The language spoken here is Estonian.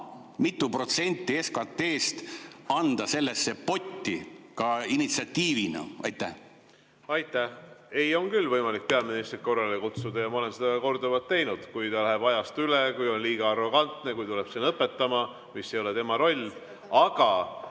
mitu protsenti SKT‑st anda sellesse potti ka initsiatiivina? Aitäh! Ei, on küll võimalik peaministrit korrale kutsuda. Ja ma olen seda korduvalt teinud, kui ta läheb ajast üle, kui on liiga arrogantne, kui tuleb siin õpetama, mis ei ole tema roll. Aga